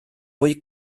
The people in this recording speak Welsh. fwy